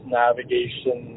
navigation